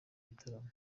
gitaramo